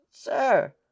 Sir